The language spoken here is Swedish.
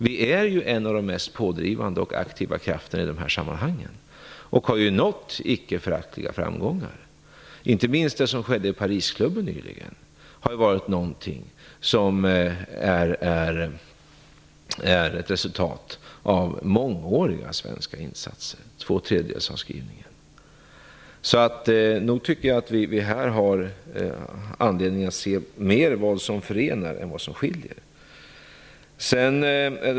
Vi är en av de mest pådrivande och aktiva krafterna i dessa sammanhang. Vi har nått icke föraktliga framgångar. Inte minst det som skedde i Parisklubben nyligen var ett resultat av mångåriga svenska insatser - 2/3 avskrivningen. Nog tycker jag att vi här har anledning att se mer på vad som förenar än vad som skiljer.